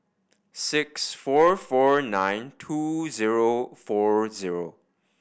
six four four nine two zero four zero